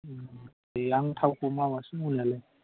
दे आं थावखौ मावगासिनो मावनायालाय